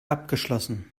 abgeschlossen